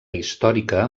històrica